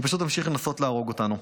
היא פשוט תמשיך לנסות להרוג אותנו.